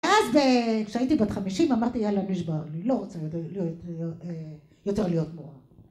אז כשהייתי בת חמישים אמרתי יאללה נשבר, לא רוצה יותר להיות מורה.